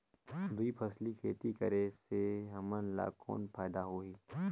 दुई फसली खेती करे से हमन ला कौन फायदा होही?